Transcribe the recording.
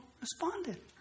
responded